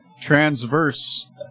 Transverse